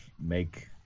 make